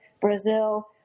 Brazil